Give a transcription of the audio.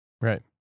Right